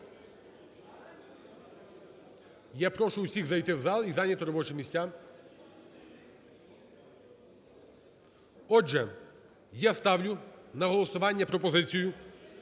Я прошу всіх зайти в зал і зайняти робочі місця. Отже, я ставлю на голосування пропозицію,